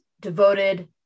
devoted